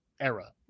era